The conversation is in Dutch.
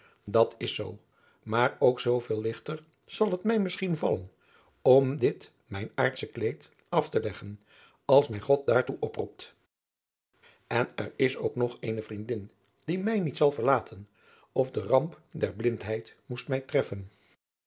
dat is zoo maar ook zooveel ligter zal het mij misschien vallen om dit mijn aardsche kleed af te leggen als mij god daartoe oproept en er is ook nog eene vriendin die mij adriaan loosjes pzn het leven van maurits lijnslager niet zal verlaten of de ramp der blindheid moest mij treffen